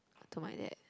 to my dad